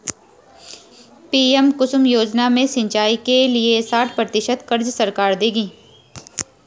PM Kusum योजना में सिंचाई के लिए साठ प्रतिशत क़र्ज़ सरकार देगी